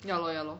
ya lor ya lor